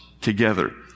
together